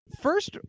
first